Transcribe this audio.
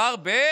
השר ב-,